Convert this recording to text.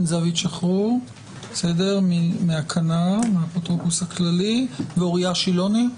זהבית שחרור מהכנ"ר ואוריה שילוני.